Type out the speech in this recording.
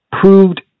proved